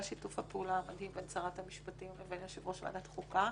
שיתוף הפעולה המדהים בין שרת המשפטים לבין יושב ראש ועדת החוקה.